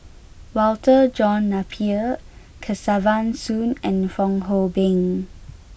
Walter John Napier Kesavan Soon and Fong Hoe Beng